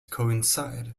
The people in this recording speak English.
coincide